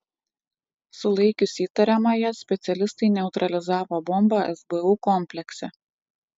sulaikius įtariamąją specialistai neutralizavo bombą sbu komplekse